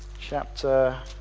chapter